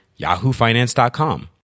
yahoofinance.com